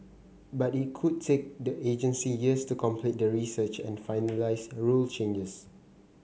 but it could take the agency years to complete the research and finalise rule changes